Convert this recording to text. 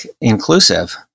inclusive